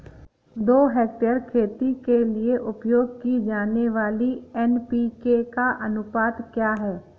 दो हेक्टेयर खेती के लिए उपयोग की जाने वाली एन.पी.के का अनुपात क्या है?